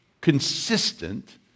consistent